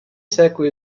secoli